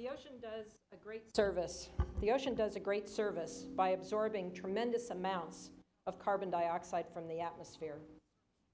the ocean does a great service the ocean does a great service by absorbing tremendous amounts of carbon dioxide from the atmosphere